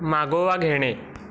मागोवा घेणे